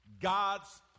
God's